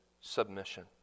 Submission